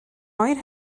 oer